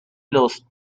los